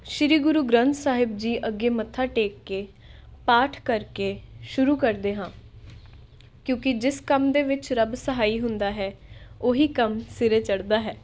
ਸ਼੍ਰੀ ਗੁਰੂ ਗ੍ਰੰਥ ਸਾਹਿਬ ਜੀ ਅੱਗੇ ਮੱਥਾ ਟੇਕ ਕੇ ਪਾਠ ਕਰਕੇ ਸ਼ੁਰੂ ਕਰਦੇ ਹਾਂ ਕਿਉਂਕਿ ਜਿਸ ਕੰਮ ਦੇ ਵਿੱਚ ਰੱਬ ਸਹਾਈ ਹੁੰਦਾ ਹੈ ਉਹੀ ਕੰਮ ਸਿਰੇ ਚੜ੍ਹਦਾ ਹੈ